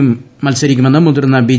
യും മത്സരിക്കുമെന്ന് മുതിർന്ന ബി